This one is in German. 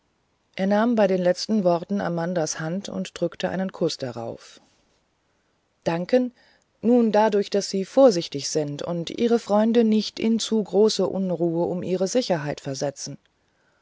er nahm bei den letzten worten amandas hand und drückte einen kuß darauf danken nur dadurch daß sie vorsichtig sind und ihre freunde nicht in zu große unruhe um ihre sicherheit versetzen